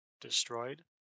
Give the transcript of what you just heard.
destroyed